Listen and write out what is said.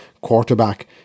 quarterback